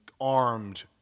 Armed